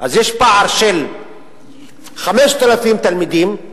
אז יש פער של 5,000 תלמידים,